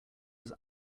was